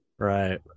right